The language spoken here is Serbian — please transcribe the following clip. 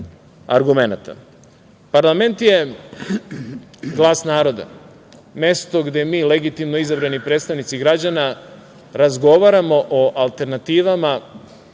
argumenata. Parlament je glas naroda, mesto gde mi, legitimno izabrani predstavnici građana, razgovaramo o alternativama